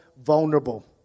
vulnerable